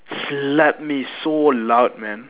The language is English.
slapped me so loud man